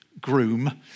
groom